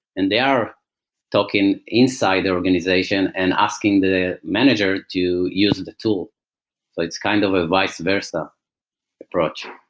and they are talking inside the organization and asking the manager to use the tool. so it's kind of a vice versa approach.